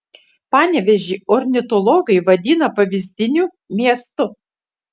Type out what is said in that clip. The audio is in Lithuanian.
panevėžį ornitologai vadina pavyzdiniu miestu